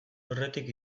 aurretik